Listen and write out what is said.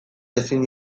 ezin